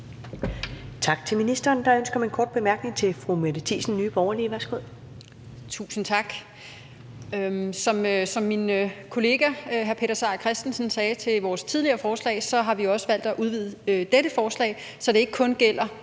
til ministeren. Der er ønske om en kort bemærkning fra fru Mette Thiesen, Nye Borgerlige. Værsgo. Kl. 13:35 Mette Thiesen (NB): Tusind tak. I forlængelse at det, min kollega hr. Peter Seier Christensen sagde til vores tidligere forslag, har vi også valgt at udvide dette forslag, så det ikke kun gælder